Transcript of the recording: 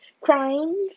crimes